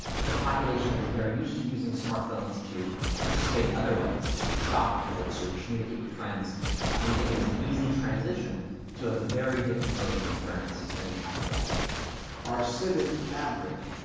it's a population that is very used to using smartphones to participate in other ways, to shop or to communicate with friends. ah, and we think it is an easy transition to have a very different voting experience than we have today. heffner our civic fabric,